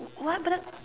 what but that